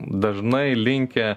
dažnai linkę